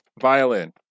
Violin